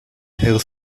her